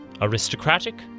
Aristocratic